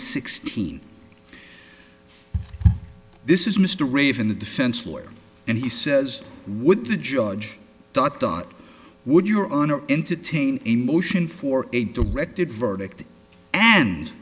sixteen this is mr raven the defense lawyer and he says with the judge dot dot would your honor entertain a motion for a directed verdict and